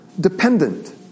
dependent